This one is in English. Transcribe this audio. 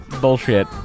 bullshit